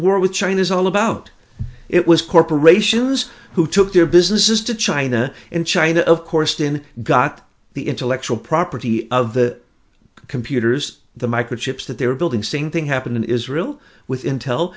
war with china is all about it was corporations who took their businesses to china and china of course then got the intellectual property of the computers the microchips that they were building same thing happened in israel with intel